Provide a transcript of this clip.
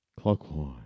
clockwise